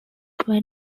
were